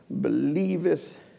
believeth